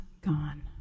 gone